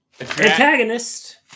antagonist